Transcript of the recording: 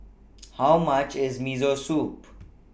How much IS Miso Soup